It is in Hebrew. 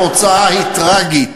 התוצאה היא טרגית?